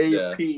AP